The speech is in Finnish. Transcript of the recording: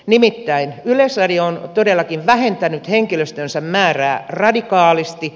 nimittäin yleisradio on todellakin vähentänyt henkilöstönsä määrää radikaalisti